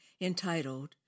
entitled